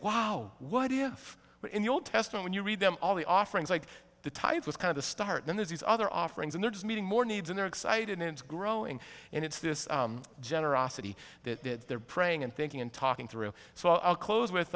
wow what if we're in the old testament you read them all the offerings like the type was kind of a start and there's these other offerings and they're just meeting more needs and they're excited and growing and it's this generosity that they're praying and thinking and talking through so i'll close with